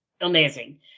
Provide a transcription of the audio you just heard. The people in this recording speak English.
amazing